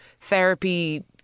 therapy